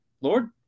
Lord